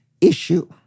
issue